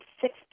six